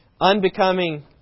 unbecoming